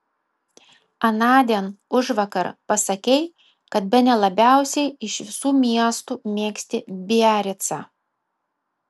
anądien užvakar pasakei kad bene labiausiai iš visų miestų mėgsti biaricą